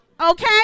Okay